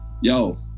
yo